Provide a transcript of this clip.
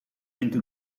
into